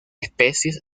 especies